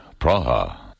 Praha